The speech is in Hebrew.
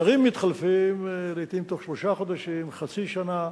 שרים מתחלפים לעתים בתוך שלושה חודשים, חצי שנה,